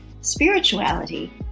spirituality